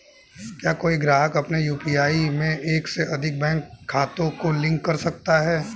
क्या कोई ग्राहक अपने यू.पी.आई में एक से अधिक बैंक खातों को लिंक कर सकता है?